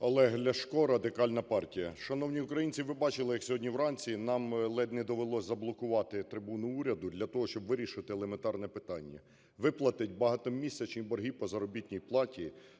Олег Ляшко, Радикальна партія. Шановні українці, ви бачили, як сьогодні вранці нам ледь не довелось заблокувати трибуну уряду для того, щоб вирішити елементарне питання: виплатити багатомісячні борги по заробітній платі,